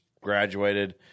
graduated